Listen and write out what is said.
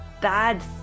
bad